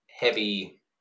heavy